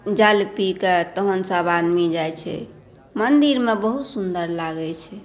जल पीकऽ तहन सबआदमी जाइ छै मन्दिरमे बहुत सुन्दर लागै छै